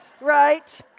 right